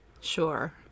Sure